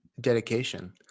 Dedication